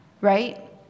right